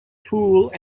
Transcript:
poole